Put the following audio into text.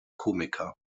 komiker